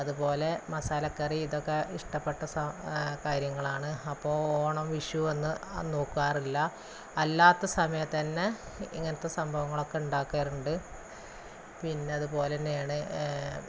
അതുപോലെ മസാലക്കറി ഇതൊക്കെ ഇഷ്ടപ്പെട്ട കാര്യങ്ങളാണ് അപ്പോള് ഓണം വിഷു എന്ന് നോക്കാറില്ല അല്ലാത്ത സമയത്തുതന്നെ ഇങ്ങനത്തെ സംഭവങ്ങളൊക്കെ ഉണ്ടാക്കാറുണ്ട് പിന്നെ അതുപോലെ തന്നെയാണ്